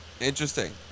Interesting